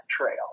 trail